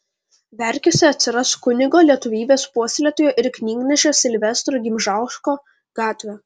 verkiuose atsiras kunigo lietuvybės puoselėtojo ir knygnešio silvestro gimžausko gatvė